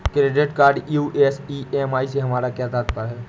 Credit card US EMI से हमारा क्या तात्पर्य है?